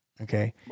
Okay